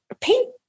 paint